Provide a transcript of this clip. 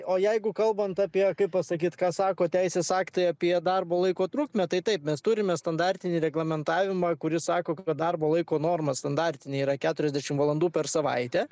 o jeigu kalbant apie kaip pasakyt ką sako teisės aktai apie darbo laiko trukmę tai taip mes turime standartinį reglamentavimą kuris sako kad darbo laiko norma standartinė yra keturiasdešim valandų per savaitę